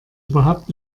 überhaupt